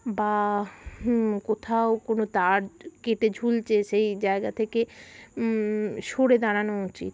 বা কোথাও কোনো তার কেটে ঝুলছে সেই জায়গা থেকে সরে দাঁড়ানো উচিত